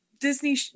disney